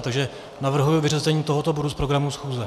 Takže navrhuji vyřazení tohoto bodu z programu schůze.